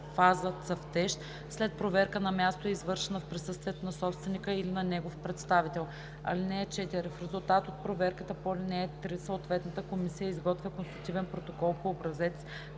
„цъфтеж“, след проверка на място, извършена в присъствието на собственика или на негов представител. (4) За резултата от проверката по ал. 3 съответната комисия изготвя констативен протокол по образец,